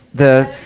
the,